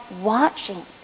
watching